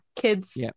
kids